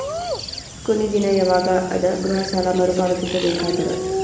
ಕೊನಿ ದಿನ ಯವಾಗ ಅದ ಗೃಹ ಸಾಲ ಮರು ಪಾವತಿಸಬೇಕಾದರ?